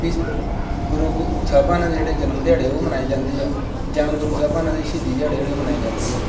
ਵੀ ਗੁਰੂ ਗੁ ਸਾਹਿਬਾਨਾਂ ਨਾਲ ਜਿਹੜੇ ਜਨਮ ਦਿਹਾੜੇ ਉਹ ਮਨਾਏ ਜਾਂਦੇ ਆ ਜਾਂ ਗੁਰੂ ਸਾਹਿਬਾਨਾਂ ਦੇ ਸ਼ਹੀਦੀ ਦਿਹਾੜੇ ਜਿਹੜੇ ਉਹ ਮਨਾਏ ਜਾਂਦੇ ਆ